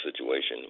situation